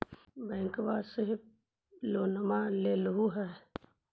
बैंकवा से लोनवा लेलहो हे?